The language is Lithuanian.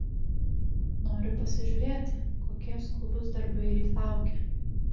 noriu pasižiūrėti kokie skubūs darbai ryt laukia